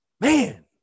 Man